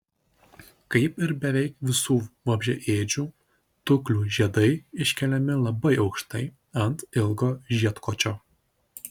kaip ir beveik visų vabzdžiaėdžių tuklių žiedai iškeliami labai aukštai ant ilgo žiedkočio